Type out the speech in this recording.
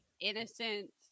innocent